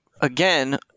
Again